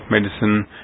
medicine